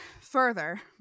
further